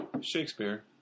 Shakespeare